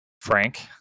Frank